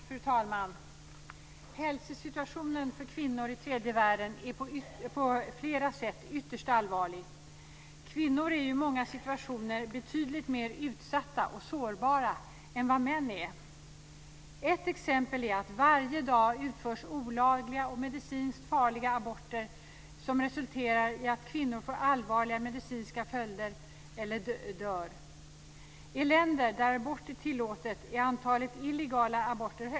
Fru talman! Hälsosituationen för kvinnorna i tredje världen är på flera sätt ytterst allvarlig. Kvinnor är i många situationer betydligt mer utsatta och sårbara än vad män är. Ett exempel är att varje dag utförs olagliga och medicinskt farliga aborter, som resulterar i allvarliga medicinska följder för kvinnor eller i att de dör. I länder där abort inte är tillåtet är antalet illegala aborter högt.